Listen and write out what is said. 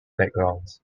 backgrounds